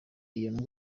bishika